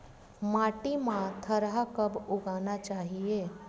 माटी मा थरहा कब उगाना चाहिए?